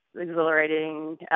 exhilarating